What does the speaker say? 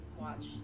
watch